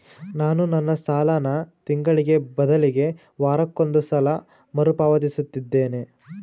ನಾನು ನನ್ನ ಸಾಲನ ತಿಂಗಳಿಗೆ ಬದಲಿಗೆ ವಾರಕ್ಕೊಂದು ಸಲ ಮರುಪಾವತಿಸುತ್ತಿದ್ದೇನೆ